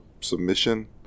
Submission